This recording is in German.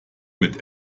mit